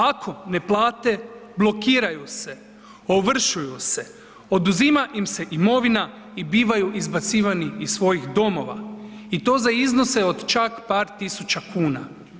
Ako ne plate blokiraju se, ovršuju se, oduzima im se imovina i bivaju izbacivani iz svojih domova i to za iznose od čak par tisuća kuna.